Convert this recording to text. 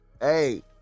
Hey